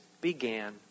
began